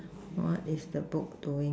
what is the book doing